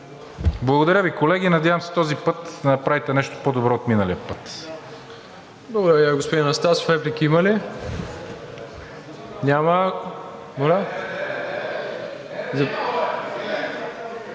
Благодаря, Ви колеги. Надявам се този път да направите нещо по-добро от миналия път!